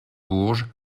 bourges